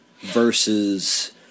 versus